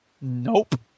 Nope